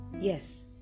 yes